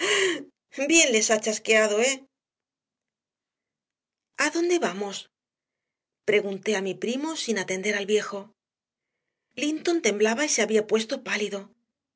bien les ha chasqueado eh adónde vamos pregunté a mi primo sin atender al viejo linton temblaba y se había puesto pálido